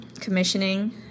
commissioning